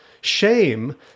shame